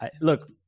Look